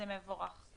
זה מבורך.